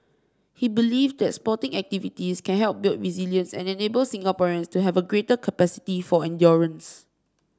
he believed that sporting activities can help build resilience and enable Singaporeans to have a greater capacity for endurance